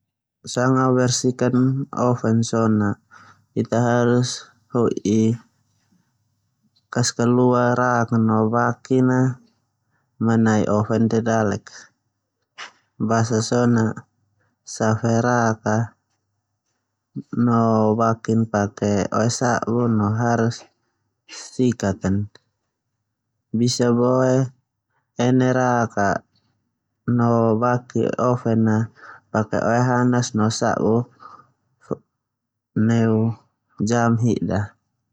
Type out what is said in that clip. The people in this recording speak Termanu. Kalau sanga bersihkan oven so na ita harus ho'i heni rak no baki manai oven ndia dalek basa ndia so na safe rak a pake oe sabu no harus sikat. Sikat basan so na ene rak oven a pake oe hanas no sabu jam esa.